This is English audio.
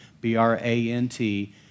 B-R-A-N-T